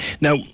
Now